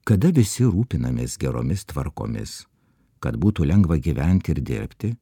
kada visi rūpinamės geromis tvarkomis kad būtų lengva gyventi ir dirbti